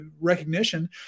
recognition